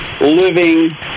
living